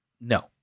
No